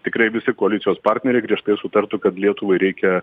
tikrai visi koalicijos partneriai griežtai sutartų kad lietuvai reikia